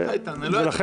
למה --- הנושא